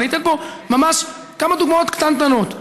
ואני אתן פה ממש כמה דוגמאות קטנטנות: